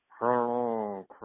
Hello